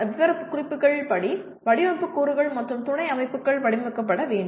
விவரக்குறிப்புகள் படி வடிவமைப்பு கூறுகள் மற்றும் துணை அமைப்புகள் வடிவமைக்கப்பட வேண்டும்